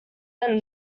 than